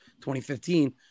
2015